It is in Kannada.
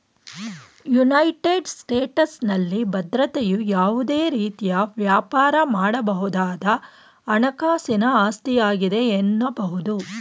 ಯುನೈಟೆಡ್ ಸ್ಟೇಟಸ್ನಲ್ಲಿ ಭದ್ರತೆಯು ಯಾವುದೇ ರೀತಿಯ ವ್ಯಾಪಾರ ಮಾಡಬಹುದಾದ ಹಣಕಾಸಿನ ಆಸ್ತಿಯಾಗಿದೆ ಎನ್ನಬಹುದು